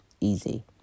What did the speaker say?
easy